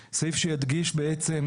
אני מבקש מכולם לעשות קצת צמצום.